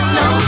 no